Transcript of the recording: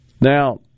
Now